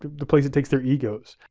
the place it takes their egos.